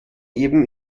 eben